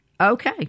Okay